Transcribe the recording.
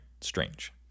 strange